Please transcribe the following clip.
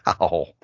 wow